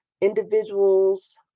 individuals